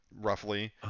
Roughly